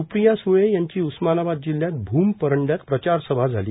स्प्रिया स्ळे यांची उस्मानबाद जिल्ह्यात भूम परंड्यात प्रचार सभा झाली